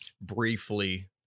briefly